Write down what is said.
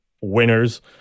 winners